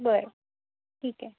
बरं ठीक आहे